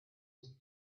his